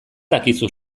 dakizu